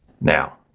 Now